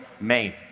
Maine